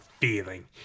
feeling